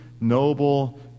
noble